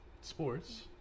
Sports